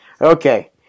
okay